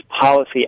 policy